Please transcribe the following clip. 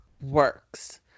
works